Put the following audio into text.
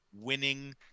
winning